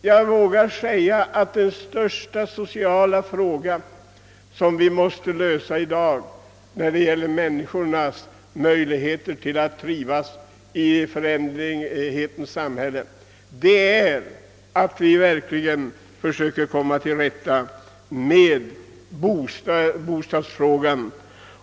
Jag vågar påstå att den största sociala fråga som i dag måste lösas är att laga så att människor trivs i vårt föränderliga samhälle, och det förutsätter att vi kommer till rätta med bostadsproblemen.